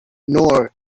nor